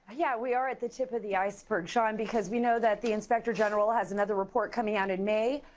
yeah we are at the tip of the iceberg um because we know that the inspector general has another report coming out in may.